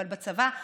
אבל בצבא.